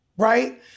right